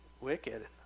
wicked